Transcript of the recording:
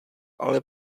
ale